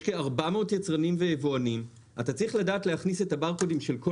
יש כ-400 יצרנים ויבואנים אתה צריך לדעת להכניס את הברקודים של כל